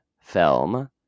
film